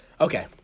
Okay